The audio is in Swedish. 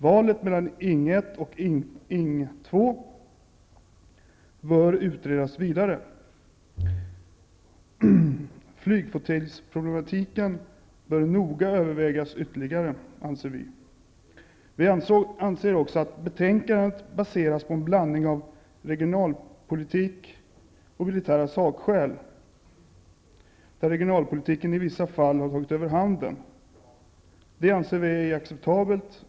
Valet mellan Ing 1 och Ing 2 bör utredas vidare. Vi anser att problemen med flygflottiljerna noga bör övervägas ytterligare. Vi anser också att betänkandet baseras på en blandning av regionalpolitik och militära sakskäl, där regionalpolitiken i vissa fall har tagit över. Vi anser inte att det är acceptabelt.